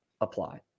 apply